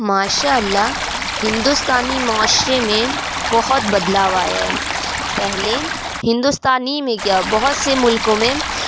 ما شاء اللہ ہندوستانی معاشرے میں بہت بدلاؤ آیا ہے پہلے ہندوستان ہی میں کیا بہت سے ملکوں میں